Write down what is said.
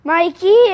Mikey